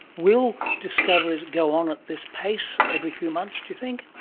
will discoveries go on at this pace every few months, do you think?